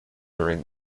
during